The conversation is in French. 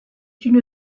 une